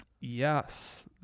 Yes